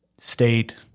state